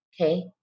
okay